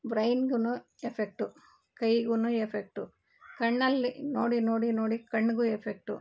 ಬ್ರೈನ್ಗು effect ಕೈಗು effect ಕಣ್ಣಲ್ಲಿ ನೋಡಿ ನೋಡಿ ನೋಡಿ ಕಣ್ಣಿಗು ಎಫೆಕ್ಟು